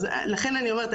לכן אני אומרת,